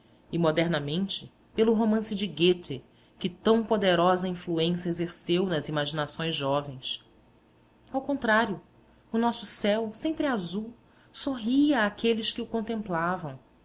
e modernamente pelo romance de goethe que tão poderosa influência exerceu nas imaginações jovens ao contrário o nosso céu sempre azul sorria àqueles que o contemplavam